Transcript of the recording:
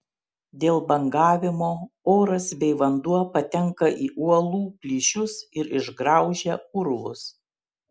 dėl bangavimo oras bei vanduo patenka į uolų plyšius ir išgraužia urvus